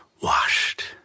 washed